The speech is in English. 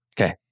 Okay